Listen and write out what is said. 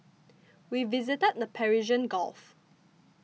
we visited the Persian Gulf